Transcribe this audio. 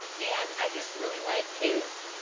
and i just really like his